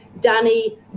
Danny